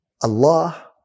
Allah